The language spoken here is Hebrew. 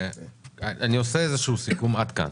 טוב, אני עושה איזה שהוא סיכום עד כאן.